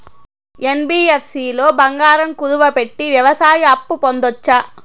NBFC లో బంగారం కుదువు పెట్టి వ్యవసాయ అప్పు పొందొచ్చా?